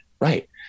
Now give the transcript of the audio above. Right